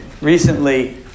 recently